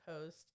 post